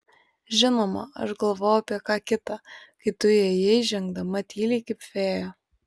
žinoma aš galvojau apie ką kita kai tu įėjai žengdama tyliai kaip fėja